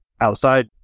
outside